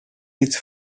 his